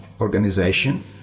organization